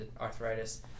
arthritis